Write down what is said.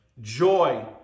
joy